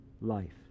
life